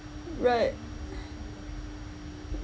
right